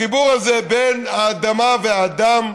החיבור בין האדמה והאדם,